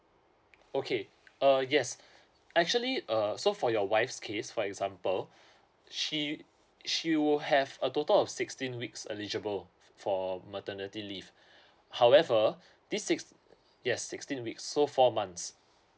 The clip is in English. okay uh yes actually uh so for your wife's case for example she she will have a total of sixteen weeks eligible for maternity leave however this six yes sixteen weeks so four months